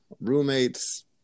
roommates